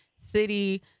city